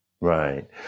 right